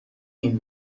این